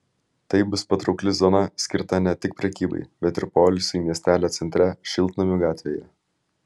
tai bus patraukli zona skirta ne tik prekybai bet ir poilsiui miestelio centre šiltnamių gatvėje